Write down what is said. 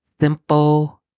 simple